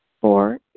Four